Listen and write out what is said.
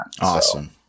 awesome